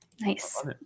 Nice